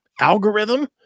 algorithm